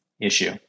issue